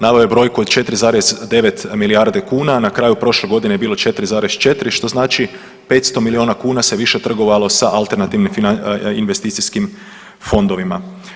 Naveo je brojku od 4,9 milijarde kuna, na kraju prošle godine je bilo 4,4 što znači 500 milijuna kuna se više trgovalo sa alternativnim investicijskim fondovima.